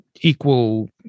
equal